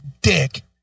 dick